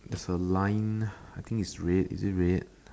there's a line I think it's red is it red